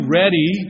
ready